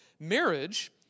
marriage